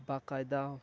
باقاعدہ